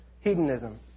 hedonism